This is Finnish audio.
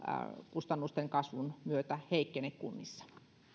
kustannusten kasvun myötä heikkene kunnissa